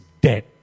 dead